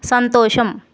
సంతోషం